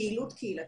פעילות קהילתית,